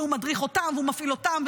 והוא מדריך אותם ומפעיל אותם,